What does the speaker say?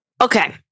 okay